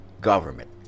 government